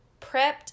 prepped